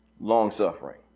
Long-suffering